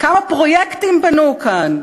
כמה פרויקטים בנו כאן,